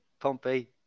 Pompey